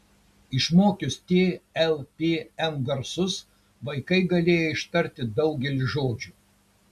išmokius t l p m garsus vaikai galėjo ištarti daugelį žodžių